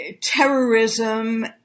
terrorism